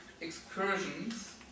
excursions